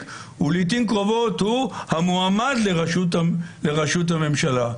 ולעתים קרובות הוא המועמד לראשות הממשלה.